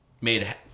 made